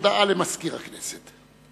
הודעה למזכיר הכנסת.